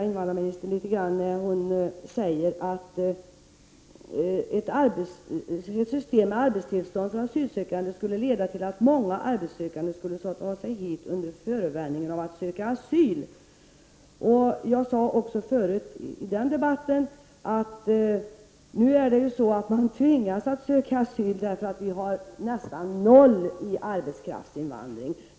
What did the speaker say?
Invandrarministern säger i svaret: ''Ett system med arbetstillstånd för asylsökande skulle ganska säkert leda till att många arbetssökande skulle ta sig hit under förevändning av att söka asyl.'' Jag sade tidigare att människor nu tvingas söka asyl, eftersom arbetskraftsinvandringen nu är nästan obefintlig.